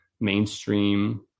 mainstream